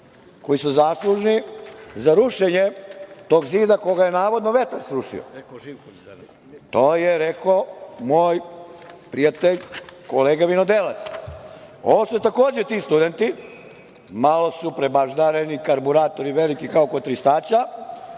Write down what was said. koji su zaslužni za rušenje tog zida koga je, navodno, vetar srušio. To je rekao moj prijatelj, kolega vinodelac. Ovo su takođe ti studenti, malo su prebaždareni, karburatori veliki kao kod „Tristaća“,